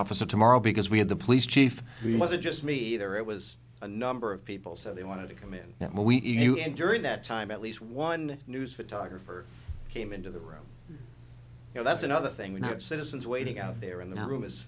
officer tomorrow because we had the police chief was it just me either it was a number of people so they wanted to commit we even knew and during that time at least one news photographer came into the room you know that's another thing that citizens waiting out there in the room is